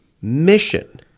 mission